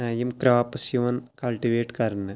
یِم کرٛاپٕس یِوان کَلٹِویٹ کَرنہٕ